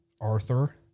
Arthur